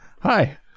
Hi